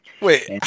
Wait